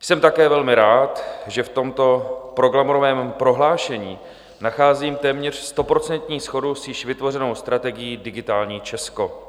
Jsem také velmi rád, že v tomto programovém prohlášení nacházím téměř stoprocentní shodu s již vytvořenou strategií Digitální Česko.